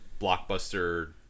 blockbuster